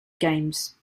games